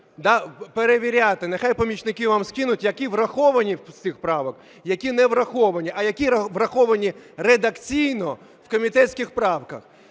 перевіряти, нехай помічники вам скинуть, які враховані з цих правок, а які не враховані, а які враховані редакційно в комітетських правках.